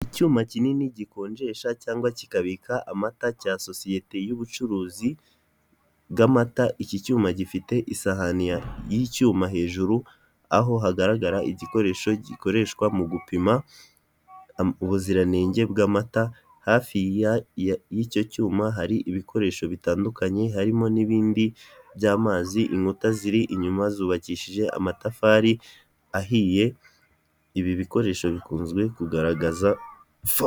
Icyuma kinini gikonjesha cyangwa kikabika amata cya sosiyete y'ubucuruzi bw'amata, iki cyuma gifite isahani y'icyuma hejuru, aho hagaragara igikoresho gikoreshwa mu gupima ubuziranenge bw'amata, hafi y'icyo cyuma hari ibikoresho bitandukanye, harimo n'ibindi by'amazi, inkuta ziri inyuma zubakishije amatafari ahiye, ibi bikoresho bikunzwe kugaragaza